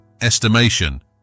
estimation